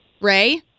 Ray